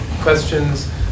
questions